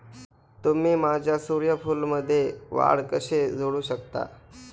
तुम्ही माझ्या सूर्यफूलमध्ये वाढ कसे जोडू शकता?